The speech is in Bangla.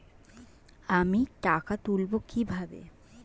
আমি টাকা তুলবো কি ভাবে?